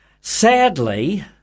sadly